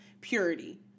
purity